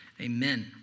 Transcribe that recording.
Amen